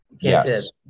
Yes